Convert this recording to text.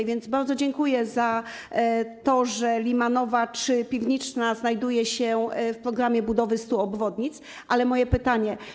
A więc bardzo dziękuję za to, że Limanowa czy Piwniczna znajdują się w programie budowy 100 obwodnic, ale moje pytanie: